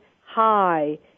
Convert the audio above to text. High